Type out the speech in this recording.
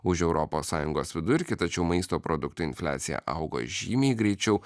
už europos sąjungos vidurkį tačiau maisto produktų infliacija augo žymiai greičiau